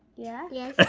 yeah. yes.